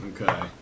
Okay